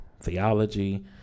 theology